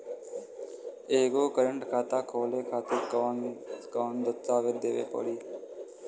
एगो करेंट खाता खोले खातिर कौन कौन दस्तावेज़ देवे के पड़ी?